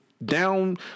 down